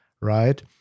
right